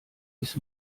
ist